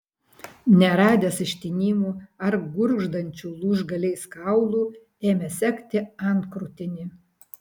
neradęs ištinimų ar gurgždančių lūžgaliais kaulų ėmė segti antkrūtinį